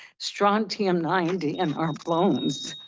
strontium ninety in our bones.